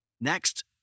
Next